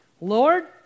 Lord